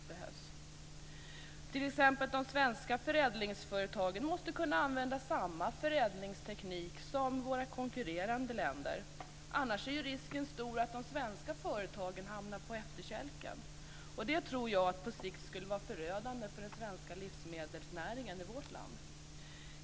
De svenska förädlingsföretagen måste t.ex. kunna använda samma förädlingsteknik som företag i konkurrerande länder. Annars är risken stor att de svenska företagen hamnar på efterkälken. Det tror jag på sikt skulle vara förödande för den svenska livsmedelsnäringen i vårt land.